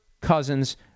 Cousins